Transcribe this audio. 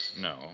No